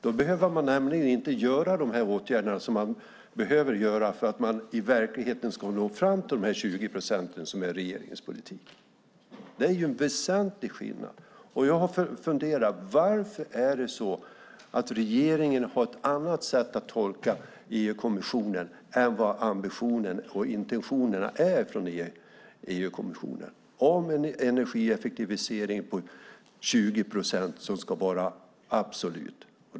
Då behöver man nämligen inte vidta de åtgärder som krävs för att nå fram till de 20 procenten som är regeringens politik. Det är en väsentlig skillnad. Varför har regeringen ett annat sätt att tolka EU-kommissionen än det som är kommissionens ambition och intentioner om en energieffektivisering på 20 procent och som ska vara absolut?